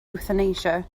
ewthanasia